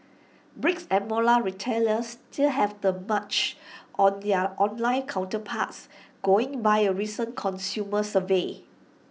bricks and retailers still have the March on their online counterparts going by A recent consumer survey